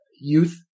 youth